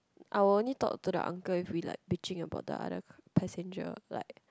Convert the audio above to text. I will only talk to the uncle if we like bitching about the other passenger like